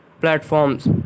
platforms